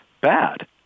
bad